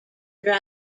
dry